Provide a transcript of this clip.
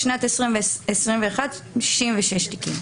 ובשנת 2021 66 תיקים.